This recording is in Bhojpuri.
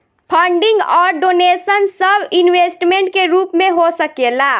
फंडिंग अउर डोनेशन सब इन्वेस्टमेंट के रूप में हो सकेला